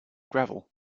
gravel